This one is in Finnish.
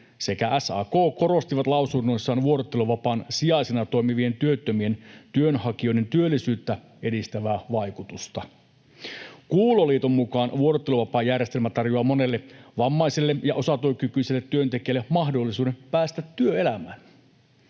SAK korostivat lausunnoissaan vuorotteluvapaan sijaisena toimivien työttömien työnhakijoiden työllisyyttä edistävää vaikutusta. Kuuloliiton mukaan vuorotteluvapaajärjestelmä tarjoaa monelle vammaiselle ja osatyökykyiselle työntekijälle mahdollisuuden päästä työelämään.